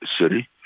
city